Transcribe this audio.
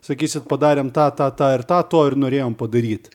sakysit padarėm tą tą tą ir tą tuo ir norėjom padaryt